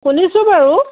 শুনিছোঁ বাৰু